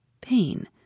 Pain